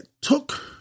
took